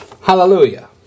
Hallelujah